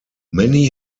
many